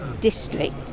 district